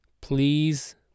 Please